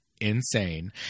insane